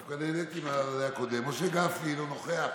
דווקא נהניתי מהקודם, משה גפני, אינו נוכח,